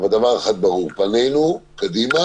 אבל דבר אחד ברור: פנינו קדימה